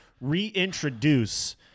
reintroduce